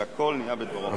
שלי.